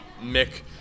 Mick